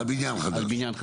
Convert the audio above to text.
על בניין חדש.